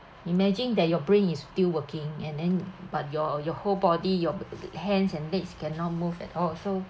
imagine that your brain is still working and then but your your whole body your hands and legs cannot move at all so